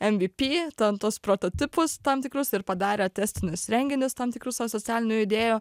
mvp ten tuos prototipus tam tikrus ir padarė testinius renginius tam tikrus tų socialinių idėjų